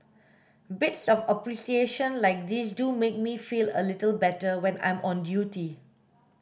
bits of appreciation like these do make me feel a little better when I'm on duty